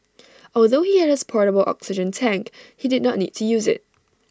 although he had his portable oxygen tank he did not need to use IT